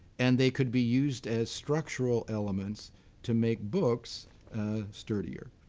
and they could be used as structural elements to make books sturdier.